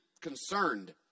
concerned